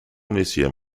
museum